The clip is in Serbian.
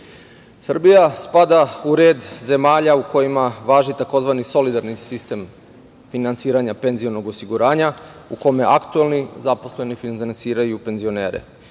spada u red zemalja u kojima važi tzv. solidarni sistem finansiranja penzionog osiguranja u kome aktuelni zaposleni finansiraju penzionere.